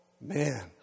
man